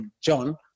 John